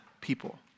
People